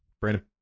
Brandon